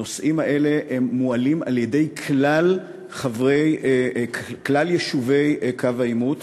הנושאים האלה מועלים על-ידי כלל יישובי קו העימות.